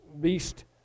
beast